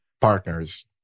partners